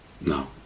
No